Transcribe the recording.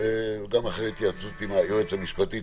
גם אחרי התייעצות עם היועץ המשפטי של הוועדה,